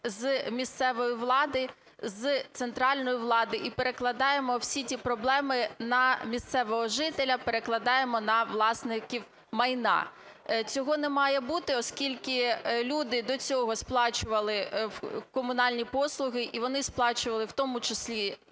з місцевої влади, з центральної влади і перекладаємо всі ці проблеми на місцевого жителя, перекладаємо на власників майна. Цього не має бути, оскільки люди до цього сплачували комунальні послуги, і вони сплачували в тому числі